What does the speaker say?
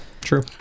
True